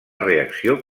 reacció